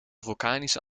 vulkanische